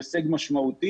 הוא הישג משמעותי,